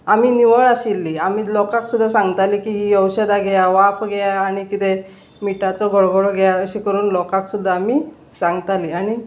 आमी निवळ आशिल्ली आमी लोकांक सुद्दां सांगतालीं की ही औशधां घेया वाफ घेया आनी किदें मिठाचो गोळगोळो घेया अशें करून लोकाक सुद्दां आमी सांगतालीं आनी